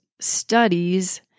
studies